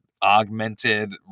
augmented